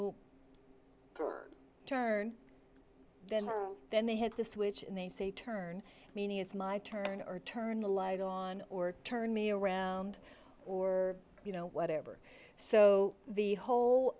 your turn then they hit the switch and they say turn me it's my turn or turn the light on or turn me around or you know whatever so the whole